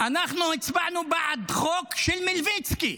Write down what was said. אנחנו הצבענו בעד חוק של מלביצקי.